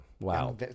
Wow